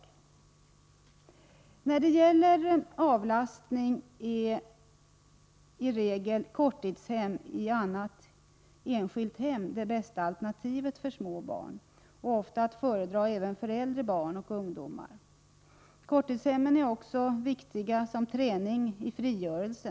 I ett fall som det jag refererat är det viktigt att ge föräldrarna avlastning. Då är korttidshem det bästa altnerativet för små barn och ofta att föredra även för de äldre barnen och ungdomarna. Korttidshemmen är också viktiga för att ge träning i frigörelse.